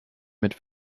mit